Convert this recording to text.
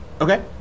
Okay